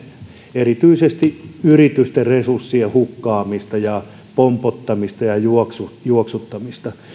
erityisesti yritysten resurssien hukkaamista ja pompottamista ja juoksuttamista